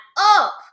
up